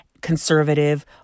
conservative